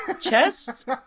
chest